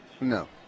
No